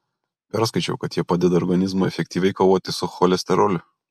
perskaičiau kad jie padeda organizmui efektyviai kovoti su cholesteroliu